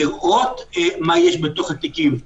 לראות מה יש בתוך התיקים.